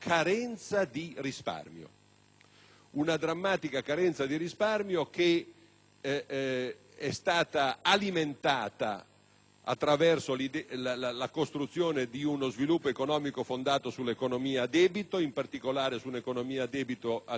e drammatica carenza di risparmio, che è stata alimentata da una costruzione dello sviluppo economico fondata sull'economia a debito; in particolare su un'economia a debito alimentata dai consumi delle famiglie,